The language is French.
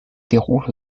déroulant